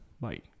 Bye